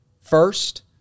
first